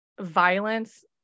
violence